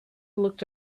looked